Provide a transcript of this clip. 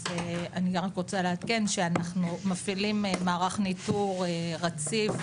אז אני רק רוצה לעדכן שאנחנו מפעילים מערך ניטור רציף,